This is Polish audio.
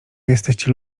jesteście